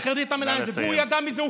והוא ידע מזה.